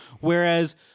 Whereas